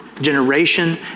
generation